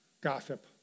Gossip